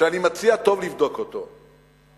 ואני מציע לבדוק אותו טוב,